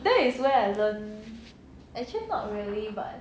that is when I learn actually not really but